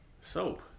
Soap